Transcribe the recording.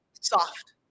soft